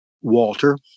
Walter